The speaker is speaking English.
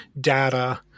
data